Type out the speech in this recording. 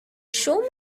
show